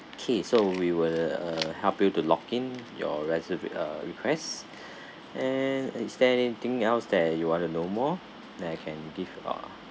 okay so we will uh help you to lock in your reser~ uh requests and is there anything else that you want to know more that I can give uh